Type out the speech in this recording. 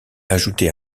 ajouter